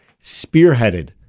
spearheaded